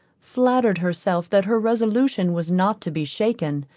flattered herself that her resolution was not to be shaken,